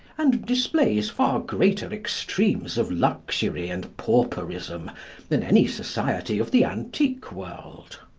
and displays far greater extremes of luxury and pauperism than any society of the antique world.